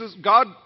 God